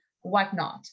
whatnot